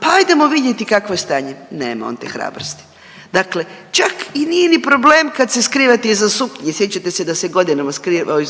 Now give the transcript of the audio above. hajdemo vidjeti kakvo je stanje. Nema on te hrabrosti. Dakle, čak i nije ni problem kad se skrivate iza